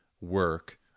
work